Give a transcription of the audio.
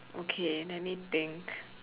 okay let me think